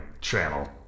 channel